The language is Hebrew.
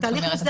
משרד